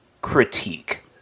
critique